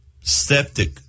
septic